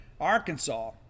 Arkansas